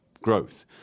growth